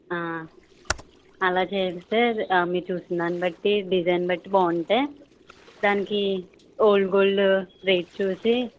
అలా చేస్తే మీరు చూసిన దాని బట్టి డిజైన్ బట్టి బాగుంటే దానికీ ఓల్డ్ గోల్డు రేట్ చూసి